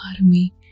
ARMY